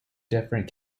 different